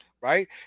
right